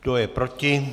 Kdo je proti?